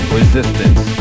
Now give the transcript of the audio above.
resistance